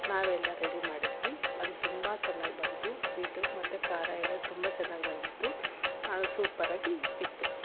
ನಾವೆ ಎಲ್ಲಾ ರೆಡಿ ಮಾಡಿದ್ವಿ ಅದು ತುಂಬ ಚೆನ್ನಾಗಿ ಬಂತು ಸ್ವೀಟು ಮತ್ತು ಖಾರ ಎಲ್ಲ ತುಂಬ ಚೆನ್ನಾಗಿ ಬಂದಿತ್ತು ಅದು ಸೂಪ್ಪರಾಗಿ ಇತ್ತು